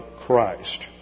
Christ